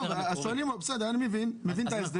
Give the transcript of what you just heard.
אני מבין את ההסדר,